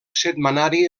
setmanari